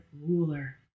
ruler